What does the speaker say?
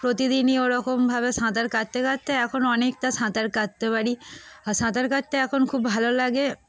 প্রতিদিনই ওরকমভাবে সাঁতার কাটতে কাটতে এখন অনেকটা সাঁতার কাটতে পারি আর সাঁতার কাটতে এখন খুব ভালো লাগে